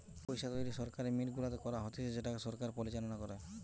পইসা তৈরী সরকারি মিন্ট গুলাতে করা হতিছে যেটাকে সরকার পরিচালনা করে